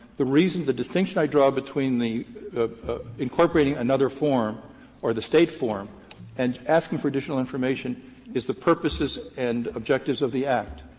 the reason the distinction i draw between the incorporating another form or the state form and asking for additional information is the purposes and objectives of the act.